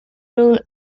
rule